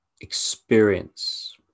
experience